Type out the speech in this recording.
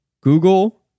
Google